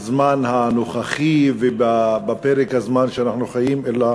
הזמן הנוכחי ופרק הזמן שבו אנחנו חיים, אלא